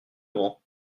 grands